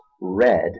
red